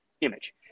image